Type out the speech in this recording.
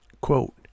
Quote